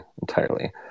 entirely